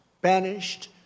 banished